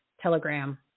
Telegram